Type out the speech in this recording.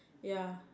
ya